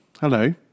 Hello